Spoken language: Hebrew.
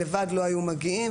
לבד לא היו מגיעים.